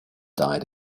died